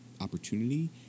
opportunity